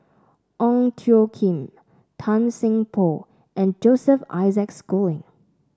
Ong Tjoe Kim Tan Seng Poh and Joseph Isaac Schooling